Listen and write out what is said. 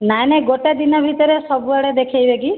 ନାଇଁ ନାଇଁ ଗୋଟେ ଦିନ ଭିତରେ ସବୁଆଡ଼େ ଦେଖେଇବେ କି